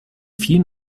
viel